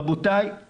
רבותיי,